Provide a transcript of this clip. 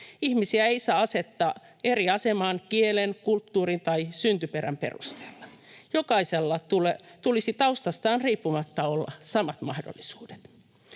Ihmisiä ei saa asettaa eri asemaan kielen, kulttuurin tai syntyperän perusteella. Jokaisella tulisi taustastaan riippumatta olla samat mahdollisuudet.